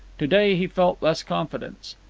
to-day he felt less confidence.